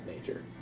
nature